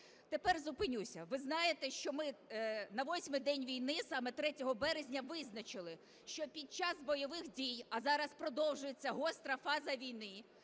Тепер зупинюся. Ви знаєте, що ми на восьмий день війни, саме 3 березня, визначили, що під час бойових дій, а зараз продовжується гостра фаза війни,